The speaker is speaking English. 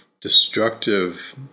destructive